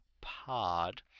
Pod